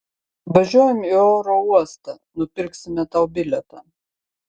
važiuojam į oro uostą nupirksime tau bilietą